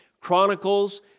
chronicles